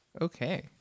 Okay